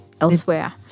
elsewhere